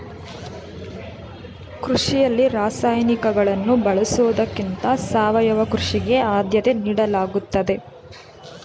ಕೃಷಿಯಲ್ಲಿ ರಾಸಾಯನಿಕಗಳನ್ನು ಬಳಸುವುದಕ್ಕಿಂತ ಸಾವಯವ ಕೃಷಿಗೆ ಆದ್ಯತೆ ನೀಡಲಾಗುತ್ತದೆ